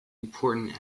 important